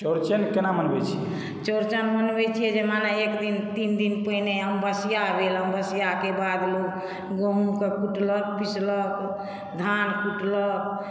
चौड़चन केना मनबैत छी चौड़चन मनबैत छियै जे माने एकदिन तीन दिन पहिने हम बँसिया लेलहुँ बँसियाके बाद लोक गहूँमकेँ कुटलक पिसलक धान कुटलक